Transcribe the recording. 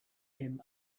him